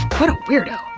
what a weirdo.